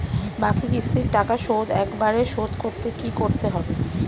বাকি কিস্তির টাকা শোধ একবারে শোধ করতে কি করতে হবে?